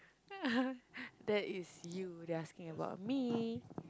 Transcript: that is you they asking about me